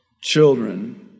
children